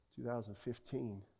2015